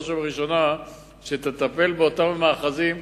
בראש ובראשונה שתטפל באותם המאחזים